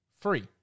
free